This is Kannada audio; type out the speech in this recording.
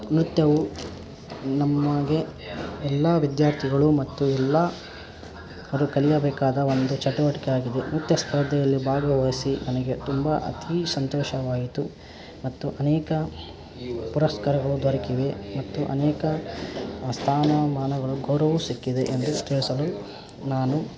ನೃತ್ಯವು ನಮಗೆ ಎಲ್ಲ ವಿದ್ಯಾರ್ಥಿಗಳು ಮತ್ತು ಎಲ್ಲ ಅದು ಕಲಿಯಬೇಕಾದ ಒಂದು ಚಟುವಟಿಕೆ ಆಗಿದೆ ನೃತ್ಯ ಸ್ಪರ್ಧೆಯಲ್ಲಿ ಭಾಗವಹಿಸಿ ನನಗೆ ತುಂಬ ಅತೀ ಸಂತೋಷವಾಯಿತು ಮತ್ತು ಅನೇಕ ಪುರಸ್ಕಾರಗಳು ದೊರಕಿವೆ ಮತ್ತು ಅನೇಕ ಸ್ಥಾನಮಾನಗಳು ಗೌರವವು ಸಿಕ್ಕಿದೆ ಎಂದು ತಿಳಿಸಲು ನಾನು